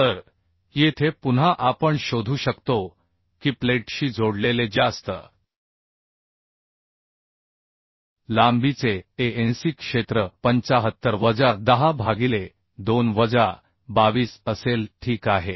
तर येथे पुन्हा आपण शोधू शकतो की प्लेटशी जोडलेले ज्यास्त लांबीचे Anc क्षेत्र 75 वजा 10 भागिले 2 वजा 22 असेल ठीक आहे